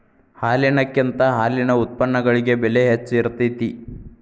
ಹಾಲಿನಕಿಂತ ಹಾಲಿನ ಉತ್ಪನ್ನಗಳಿಗೆ ಬೆಲೆ ಹೆಚ್ಚ ಇರತೆತಿ